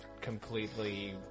completely